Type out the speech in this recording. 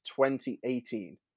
2018